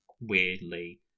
weirdly